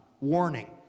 warning